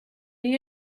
you